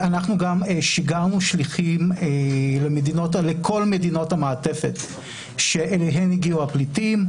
שיגרנו גם שליחים לכל מדינות המעטפת אליהן הגיעו הפליטים,